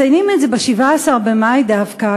מציינים את זה ב-17 במאי דווקא,